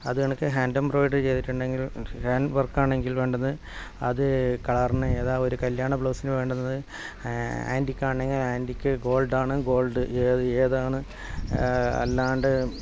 അത് കണക്ക് hand embroidery ചെയ്തിട്ടുണ്ടെങ്കിൽ ഗ്രാൻഡ് വർക്കാണെങ്കിൽ വേണ്ടത് അത് കളറിന് ഏതാ ഒരു കല്യാണ ബ്ലൗസിന് വേണ്ടത് ആൻറ്റിക്കാണെങ്കിൽ ആൻറ്റിക്ക് ഗോൾഡാണെങ്കിൽ ഗോൾഡ് ഏതാണ് അല്ലാണ്ട്